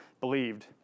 believed